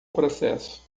processo